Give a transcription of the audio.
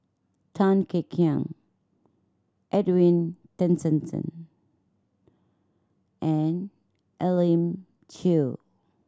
Tan Kek Hiang Edwin Tessensohn and Elim Chew